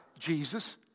Jesus